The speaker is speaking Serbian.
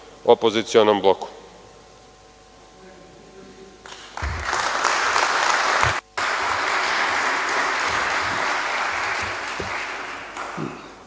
opozicionom bloku.